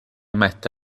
mette